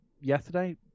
yesterday